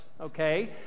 okay